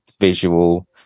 visual